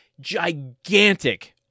gigantic